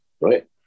right